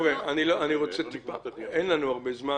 חבר'ה, אין לנו הרבה זמן.